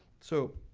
so.